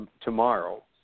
tomorrow